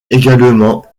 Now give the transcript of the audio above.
également